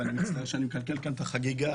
ואני מצטער שאני מקלקל כאן את החגיגה,